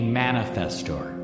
manifestor